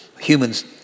humans